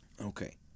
okay